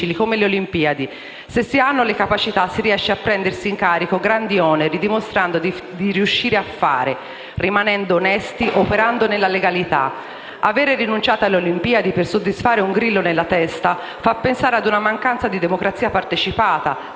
come le Olimpiadi. Se si hanno le capacità, si riesce a prendere in carico grandi oneri, dimostrando di riuscire a fare, rimanendo onesti ed operando nella legalità. Avere rinunciato alle Olimpiadi per soddisfare un grillo nella testa fa pensare ad una mancanza di democrazia partecipata,